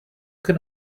can